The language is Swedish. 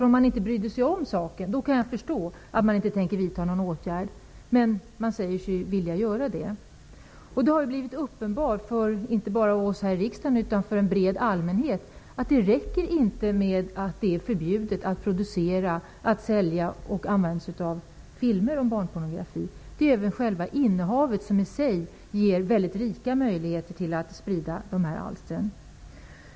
Om man inte brydde sig om saken skulle jag kunna förstå att man inte tänker vidta någon åtgärd, men man säger sig ju vilja göra det! Det har blivit uppenbart, inte bara för oss här i riksdagen utan för en bred allmänhet, att det inte räcker att det är förbjudet att producera, sälja och använda sig av filmer med barnpornografi -- även själva innehavet ger rika möjligheter att sprida de här alstren.